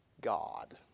God